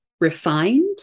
refined